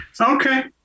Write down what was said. Okay